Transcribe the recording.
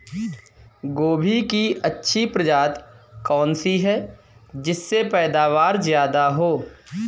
गोभी की अच्छी प्रजाति कौन सी है जिससे पैदावार ज्यादा हो?